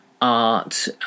Art